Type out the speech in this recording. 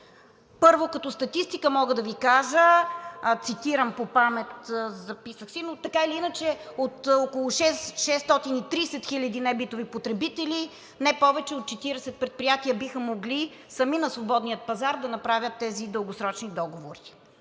Първо, като статистика мога да Ви кажа – цитирам по памет, записах си, но така или иначе от около 630 хиляди небитови потребители не повече от 40 предприятия биха могли сами на свободния пазар да направят тези дългосрочни договори.